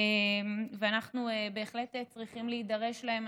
ואנחנו בהחלט צריכים להידרש להם,